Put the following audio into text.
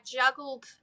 juggled